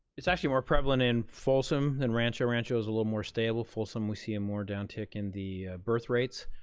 it's actually more prevalent in folsom than rancho. rancho is a little more stable. folsom we see a more downtick in the birth rates.